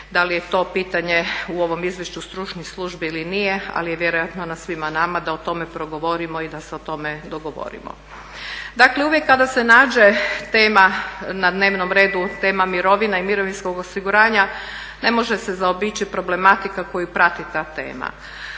Da li je to pitanje u ovom izvješću stručnih službi ili nije ali je vjerojatno na svima nama da o tome progovorimo i da se o tome progovorimo i da se o tome dogovorimo. Dakle, uvijek kada se nađe tema na dnevnom redu tema mirovina i mirovinskog osiguranja ne može se zaobići problematika koju prati ta tema,